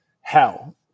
hell